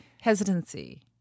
hesitancy